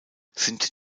sind